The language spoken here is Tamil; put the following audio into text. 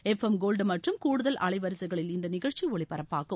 எஃப் எம் கோல்டு மற்றும் கூடுதல் அலைவரிசகைளில் இந்த நிகழ்ச்சி ஒலிபரப்பாகும்